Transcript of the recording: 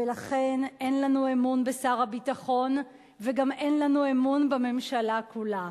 ולכן אין לנו אמון בשר הביטחון וגם אין לנו אמון בממשלה כולה.